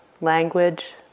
language